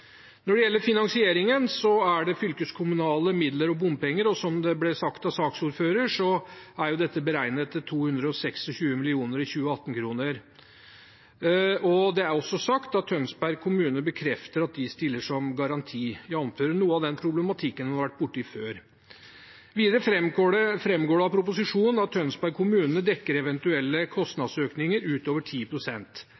Når det gjelder finansieringen, er det fylkeskommunale midler og bompenger, og som det ble sagt av saksordføreren, er dette beregnet til 226 mill. 2018-kroner. Det er også sagt at Tønsberg kommune bekrefter at de stiller garanti, jf. noe av den problematikken vi har vært borti før. Videre framgår det av proposisjonen at Tønsberg kommune dekker eventuelle